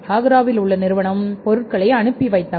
ஆக்ராவில் உள்ள நிறுவனம் பொருட்களை அனுப்பி வைத்தவர்